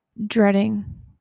dreading